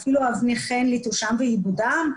אבני חן ליטושם ועיבודם,